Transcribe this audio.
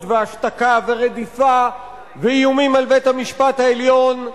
והשתקה ורדיפה ואיומים על בית-המשפט העליון,